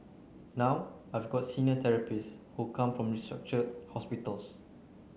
now I've got senior therapists who come from restructured hospitals